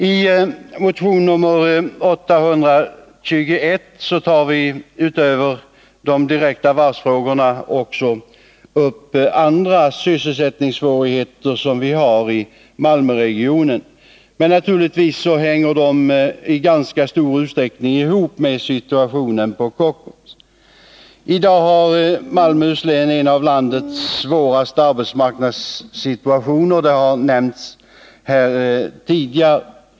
I motion 821 tar vi utöver de direkta varvsfrågorna också upp andra sysselsättningssvårigheter som vi har i Malmöregionen. Men naturligtvis hänger det i ganska stor utsträckning ihop med situationen vid Kockums. I dag har Malmöhus län en av de svåraste arbetsmarknadssituationerna i landet, som har nämnts här tidigare.